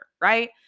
right